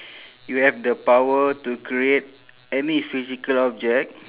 you have the power to create any physical object